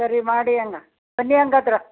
ಸರಿ ಮಾಡಿ ಅಣ್ಣ ಬನ್ನಿ ಹಂಗಾದ್ರ